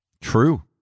True